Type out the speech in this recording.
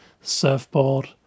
Surfboard